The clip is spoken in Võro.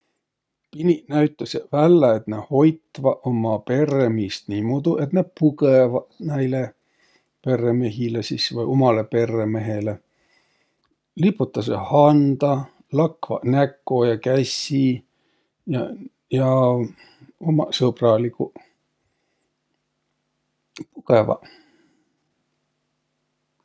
Piniq näütäseq vällä, et nä hoitvaq umma perremiist niimuudu, et nä pugõvaq näile, perremehile sis vai umalõ perremehele. Liputasõq handa, lakvaq näko ja kässi ja ja ummaq sõbraliguq, pugõvaq.